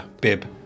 bib